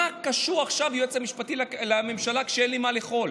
מה קשור עכשיו היועץ המשפטי לממשלה כשאין לי מה לאכול,